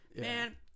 Man